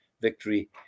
victory